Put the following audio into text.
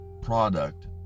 product